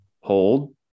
Hold